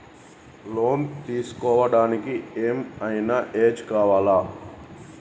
Loan తీస్కోవడానికి ఏం ఐనా ఏజ్ కావాలా?